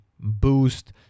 boost